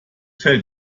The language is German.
fällt